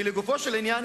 לגופו של עניין,